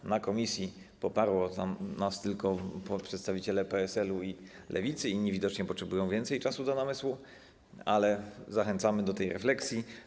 W komisji poparli nas tylko przedstawiciele PSL-u i Lewicy, inni widocznie potrzebują więcej czasu do namysłu, ale zachęcamy do tej refleksji.